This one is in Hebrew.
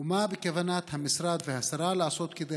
3. מה בכוונת המשרד והשרה לעשות כדי